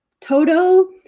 Toto